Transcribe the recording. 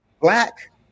black